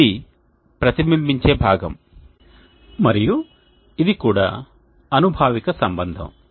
ఇది ప్రతిబింబించే భాగం మరియు ఇది కూడా అనుభావిక సంబంధం